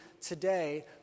today